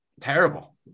terrible